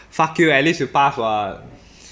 fuck you at least you pass [what]